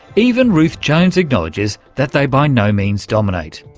even ruth jones acknowledges that they by no means dominate.